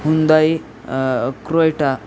Hyundai Creta